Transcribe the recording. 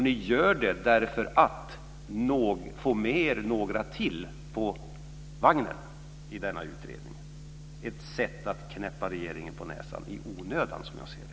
Ni gör det för att få med er några till på vagnen när det gäller denna utredning. Det är ett sätt att, som jag ser det, i onödan knäppa regeringen på näsan.